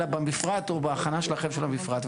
אלא במפרט או בהכנה שלכם של המפרט.